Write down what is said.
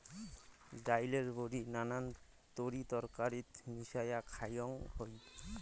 ডাইলের বড়ি নানান তরিতরকারিত মিশিয়া খাওয়াং হই